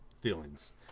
feelings